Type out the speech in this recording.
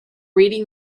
reading